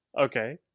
okay